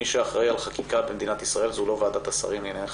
מי שאחראי על חקיקה במדינת ישראל זו לא ועדת השרים לענייני חקיקה,